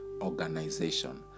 organization